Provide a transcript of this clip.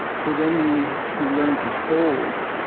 so then you you learn to hold